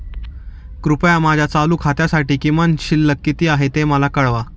कृपया माझ्या चालू खात्यासाठी किमान शिल्लक किती आहे ते मला कळवा